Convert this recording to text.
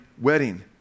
wedding